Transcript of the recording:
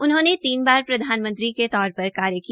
उन्होंने तीन बार प्रधानमंत्री के तौर पर कार्य किया